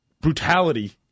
brutality